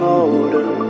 older